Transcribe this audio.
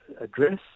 address